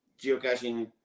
geocaching